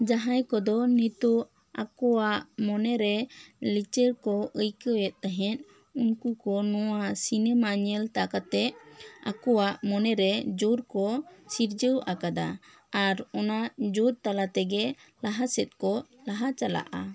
ᱡᱟᱦᱟᱸᱭ ᱠᱚᱫᱚ ᱱᱤᱛᱚᱜ ᱟᱠᱚᱣᱟᱜ ᱢᱚᱱᱮ ᱨᱮ ᱞᱤᱪᱟᱹᱲ ᱠᱚ ᱟᱹᱭᱠᱟᱣᱮᱫ ᱛᱟᱦᱮᱸᱫ ᱩᱱᱠᱩ ᱠᱚ ᱱᱚᱶᱟ ᱥᱤᱱᱮᱢᱟ ᱧᱮᱞᱛᱟ ᱠᱟᱛᱮᱜ ᱟᱠᱚᱣᱟᱜ ᱢᱚᱱᱮ ᱨᱮ ᱡᱳᱨ ᱠᱚ ᱥᱤᱨᱡᱟᱹᱣ ᱟᱠᱟᱫᱟ ᱟᱨ ᱚᱱᱟ ᱡᱳᱨ ᱛᱟᱞᱟ ᱛᱮᱜᱮ ᱞᱟᱦᱟ ᱥᱮᱫ ᱠᱚ ᱞᱟᱦᱟ ᱪᱟᱞᱟᱜᱼᱟ